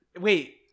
Wait